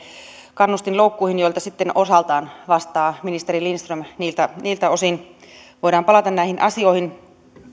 kannustinloukkuihin joista sitten osaltaan vastaa ministeri lindström niiltä niiltä osin voidaan palata näihin asioihin